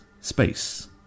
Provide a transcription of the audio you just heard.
space